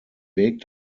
weg